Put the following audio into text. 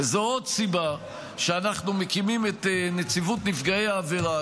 וזאת עוד סיבה שאנחנו מקימים את נציבות נפגעי העבירה,